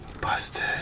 Busted